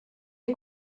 est